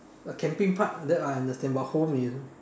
the camping part that I understand but home is